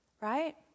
Right